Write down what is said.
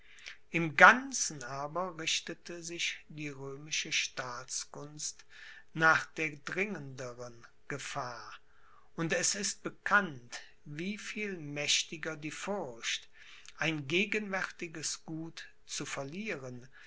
im ganzen aber richtete sich die römische staatskunst nach der dringenderen gefahr und es ist bekannt wie viel mächtiger die furcht ein gegenwärtiges gut zu verlieren